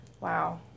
Wow